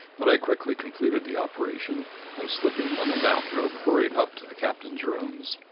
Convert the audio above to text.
but i quickly completed the operation and, slipping on a bathrobe, hurried up to the captain's rooms.